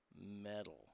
metal